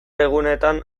egunetan